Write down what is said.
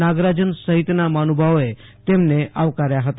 નાગરાજન સહિતના મહાનુભાવોએ તેમને આવકાર્યા હતા